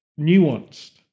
nuanced